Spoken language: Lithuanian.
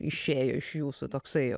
išėjo iš jūsų toksai